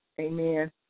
Amen